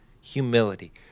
Humility